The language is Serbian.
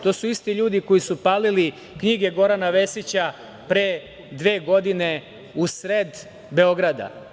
To su isti ljudi koji su palili knjige Gorana Vesića pre dve godine u sred Beograda.